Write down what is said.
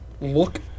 look